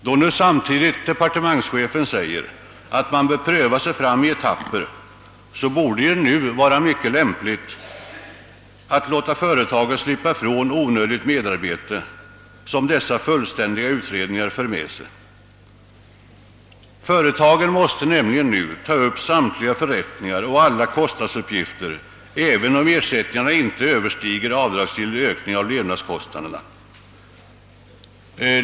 Då departementschefen samtidigt säger, att man bör pröva sig fram i etapper, borde det nu vara mycket lämpligt att låta företagen slippa ifrån det onödiga merarbete som dessa fullständiga utredningar för med sig. Företagen måste nämligen nu ta upp samtliga förrättningar och alla kostnadsuppgifter, även om ersättningarna inte överstiger avdragsgill ökning av levnadsomkostnaderna.